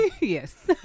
Yes